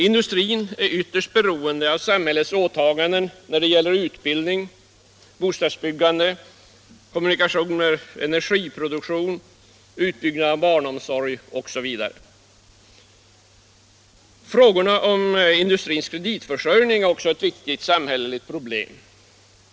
Industrin är ytterst beroende av samhällets åtaganden när det gäller utbildning, bostadsbyggande, kommunikationer, energiproduktion, utbyggnad av barnomsorg osv. Industrins kreditförsörjning är också ett viktigt samhälleligt problem.